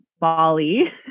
Bali